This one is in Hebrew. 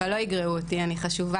אבל לא יגרעו אותי אני חשובה